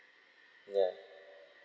ya